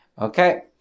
Okay